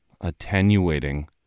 attenuating